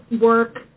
work